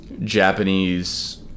Japanese